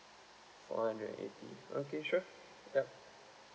four hundred eighty okay sure yup